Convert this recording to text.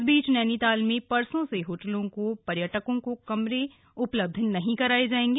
इस बीच नैनीताल में परसों से होटलों में पर्यटकों को कमरे उपलब्ध नहीं कराये जाएंगे